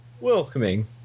Welcoming